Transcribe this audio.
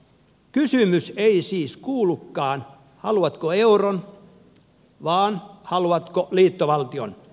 kysymys ei siis kuulukaan haluatko euron vaan haluatko liittovaltion